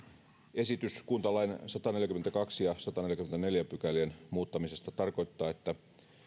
esitys kuntalain pykälien sataneljäkymmentäkaksi ja sataneljäkymmentäneljä muuttamisesta tarkoittaa että